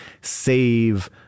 save